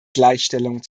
gleichstellung